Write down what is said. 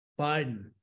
Biden